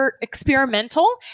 experimental